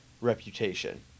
reputation